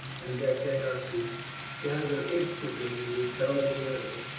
and that they are to gather instantly to repel the enemy.